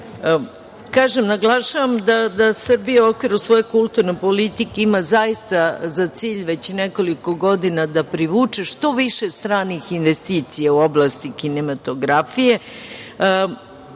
suvlasnik. Naglašavam da Srbija u okviru svoje kulturne politike ima zaista za cilj već nekoliko godina da privuče što više stranih investicija u oblasti kinematografije.